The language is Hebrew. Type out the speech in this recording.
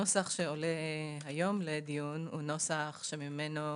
הנוסח שעולה היום לדיון הוא נוסח שממנו